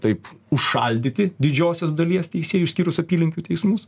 taip užšaldyti didžiosios dalies teisėjų išskyrus apylinkių teismus